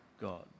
God